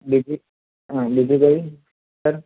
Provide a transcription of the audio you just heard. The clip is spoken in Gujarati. બાકી અને બીજું કંઈ સર